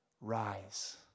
rise